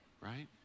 right